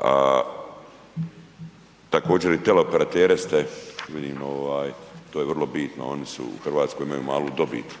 a također i teleoperatere ste vidim ovaj to je vrlo bitno oni su u Hrvatskoj imaju malu dobit.